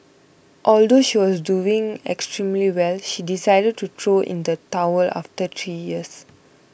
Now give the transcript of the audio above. although she was doing extremely well she decided to throw in the towel after three years